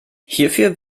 hierfür